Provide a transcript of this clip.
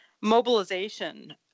mobilization